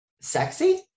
Sexy